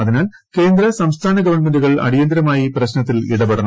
അതിനാൽ കേന്ദ്ര സംസ്ഥാന ഗവൺമെന്റുകൾ അടിയന്തിരമായി പ്രശ്നത്തിൽ ഇടപെടണം